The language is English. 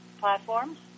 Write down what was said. platforms